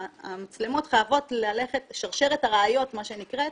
המצלמות, שרשרת הראיות, מה שנקרא,